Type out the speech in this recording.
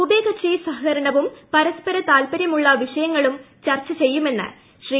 ഉഭയകക്ഷി സഹകരണവും പരസ്പര താൽപ്പര്യമുള്ള പ്രശ്നങ്ങളും ചർച്ച ചെയ്യുമെന്ന് ശ്രീ